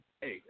Hey